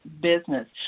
business